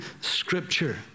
scripture